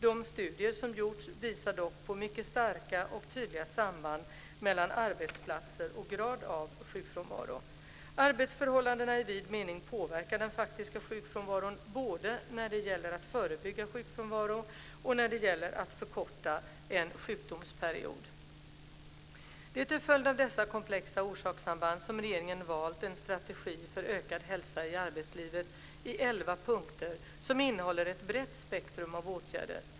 De studier som gjorts visar dock på mycket starka och tydliga samband mellan arbetsplatser och grad av sjukfrånvaro. Arbetsförhållandena i vid mening påverkar den faktiska sjukfrånvaron både när det gäller att förebygga sjukfrånvaro och när det gäller att förkorta en sjukdomsperiod. Det är till följd av dessa komplexa orsakssamband som regeringen valt en strategi för ökad hälsa i arbetslivet i elva punkter som innehåller ett brett spektrum av åtgärder.